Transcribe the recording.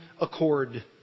accord